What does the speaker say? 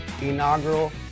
inaugural